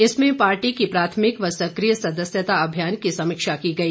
इसमें पार्टी की प्राथमिक व सक्रिय सदस्यता अभियान की समीक्षा की गई